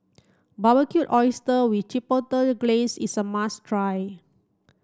Barbecued Oysters with Chipotle Glaze is a must try